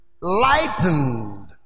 lightened